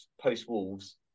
post-Wolves